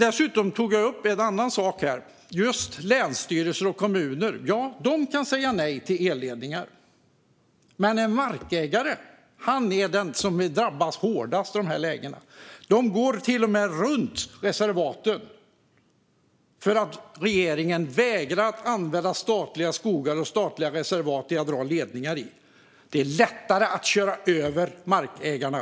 Jag tog dessutom upp en annan sak. Länsstyrelser och kommuner kan säga nej till elledningar, men markägaren är den som drabbas hårdast i de här lägena. Man går till och med runt reservaten, för att regeringen vägrar att låta ledningar dras genom statliga skogar och statliga reservat. Det är lättare att köra över markägarna.